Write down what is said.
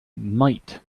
might